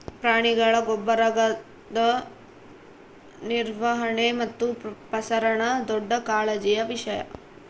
ಪ್ರಾಣಿಗಳ ಗೊಬ್ಬರದ ನಿರ್ವಹಣೆ ಮತ್ತು ಪ್ರಸರಣ ದೊಡ್ಡ ಕಾಳಜಿಯ ವಿಷಯ